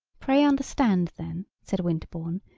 pray understand, then, said winterbourne,